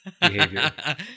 behavior